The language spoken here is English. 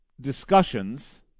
discussions